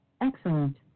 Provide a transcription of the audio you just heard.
Excellent